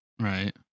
Right